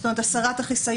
זאת אומרת, הסרת החיסיון.